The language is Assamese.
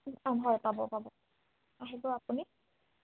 হয় পাব পাব আহিব আপুনি